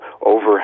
over